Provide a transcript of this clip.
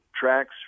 tracks